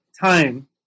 time